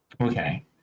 Okay